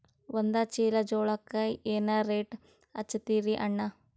ಒಂದ ಚೀಲಾ ಜೋಳಕ್ಕ ಏನ ರೇಟ್ ಹಚ್ಚತೀರಿ ಅಣ್ಣಾ?